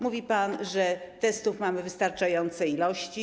Mówi pan, że testów mamy wystarczające ilości.